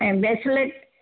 ऐं ब्रेसलेट